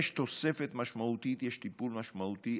יש תוספת משמעותית, יש טיפול משמעותי.